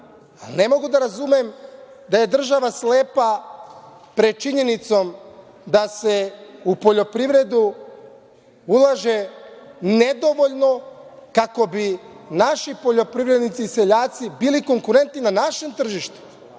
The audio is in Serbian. ne mogu da razumem da je država slepa pred činjenicom da se u poljoprivredu ulaže nedovoljno kako bi naši poljoprivrednici, seljaci bili konkurentni na našem tržištu,